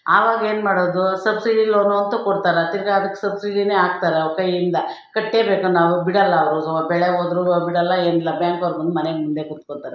ಆವಾಗ ಏನ್ಮಾಡೋದು subsidy loan ಅಂತ ಕೊಡ್ತಾರೆ ತಿರುಗ ಅದಕ್ಕೆ ಸಬ್ಸಿಡಿನೇ ಹಾಕ್ತಾರೆ ಅವ್ರ ಕೈಯ್ಯಿಂದ ಕಟ್ಟೇ ಬೇಕ ನಾವು ಬಿಡಲ್ಲ ಅವರು ಸೊ ಬೆಳೆ ಹೋದ್ರೂನು ಬಿಡಲ್ಲ ಏನಿಲ್ಲ ಬ್ಯಾಂಕವ್ರು ಬಂದು ಮನೆ ಮುಂದೆ ಕುತ್ಕೊಳ್ತಾರೆ